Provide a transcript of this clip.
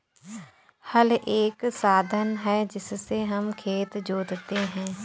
हल एक साधन है जिससे हम खेत जोतते है